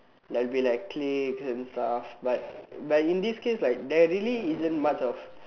there will be like clique and stuff but but in this case there isn't much of